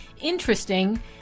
interesting